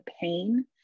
pain